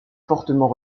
fortement